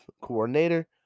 coordinator